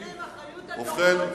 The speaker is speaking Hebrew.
אין להם אחריות על דוח-גולדסטון.